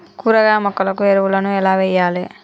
కూరగాయ మొక్కలకు ఎరువులను ఎలా వెయ్యాలే?